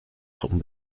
truppen